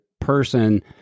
person